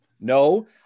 no